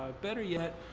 better yet,